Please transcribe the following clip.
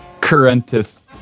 Currentus